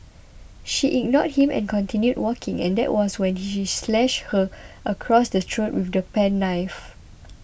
she ignored him and continued walking and that was when he slashed her across the throat with the penknife